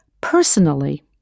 personally